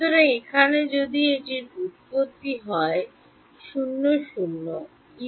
সুতরাং এখানে যদি এটির উৎপত্তি হয় 00